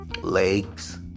legs